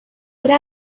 would